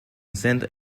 saint